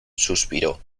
suspiró